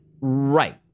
right